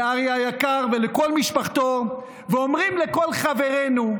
לאריה היקר ולכל משפחתו, ואומרים לכל חברינו: